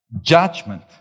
judgment